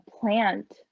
plant